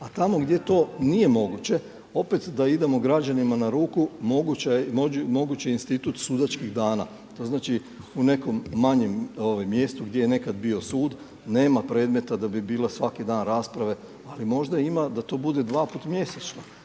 A tamo gdje to nije moguće opet da idemo građanima na ruku mogući je institut sudačkih dana. To znači u nekom manjem mjestu gdje je nekad bio sud nema predmeta da bi bila svaki dan rasprave ali možda ima da to bude dva put mjesečno